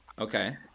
Okay